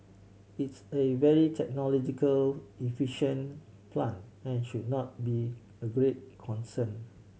it's a very technological efficient plant and should not be a great concern